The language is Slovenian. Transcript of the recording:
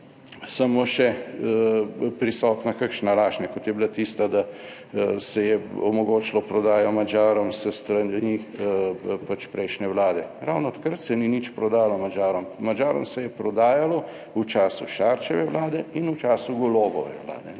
samo še prisotna kakšna laž, kot je bila tista, da se je omogočilo prodajo Madžarom s strani pač prejšnje Vlade. Ravno takrat se ni nič prodalo Madžarom. Madžarom se je prodajalo v času Šarčeve vlade in v času Golobove vlade,